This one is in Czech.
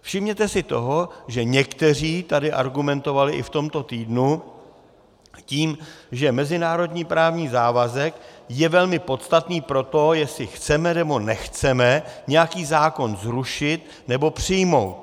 Všimněte si toho, že někteří tady argumentovali i v tomto týdnu tím, že mezinárodní právní závazek je velmi podstatný pro to, jestli chceme, nebo nechceme nějaký zákon zrušit nebo přijmout.